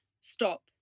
stop